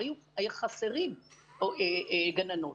הרי יהיו חסרות גננות.